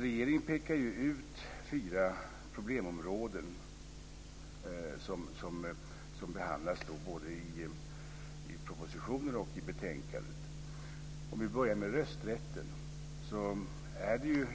Regeringen pekar ju ut fyra problemområden som behandlas både i propositionen och i betänkandet. Jag ska börja med att ta upp rösträtten.